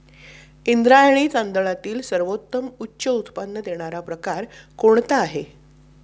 इंद्रायणी तांदळातील सर्वोत्तम उच्च उत्पन्न देणारा प्रकार कोणता आहे?